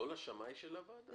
לא לשמאי של הוועדה?